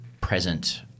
present